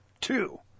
Two